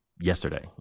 yesterday